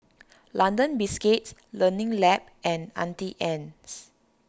London Biscuits Learning Lab and Auntie Anne's